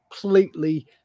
completely